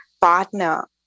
partner